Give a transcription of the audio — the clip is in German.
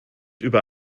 über